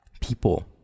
people